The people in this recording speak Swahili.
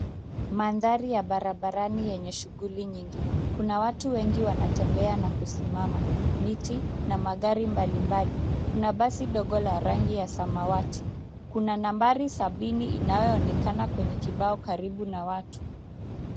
Mandhari ya barabarani yenye shughuli nyingi. Kuna watu wengi wanatembea na kusimama, miti na magari mbalimbali. Kuna basi dogo la rangi ya samawati. Kuna nambari sabini inayoonekana kwenye kibao karibu na watu.